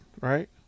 right